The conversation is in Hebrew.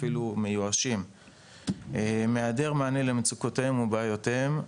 אפילו מיואשים מהיעדר מענה למצוקותיהם ובעיותיהם,